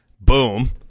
boom